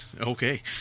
Okay